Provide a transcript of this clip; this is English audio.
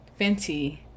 Fenty